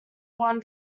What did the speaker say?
won